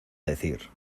decir